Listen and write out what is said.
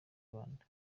rwanda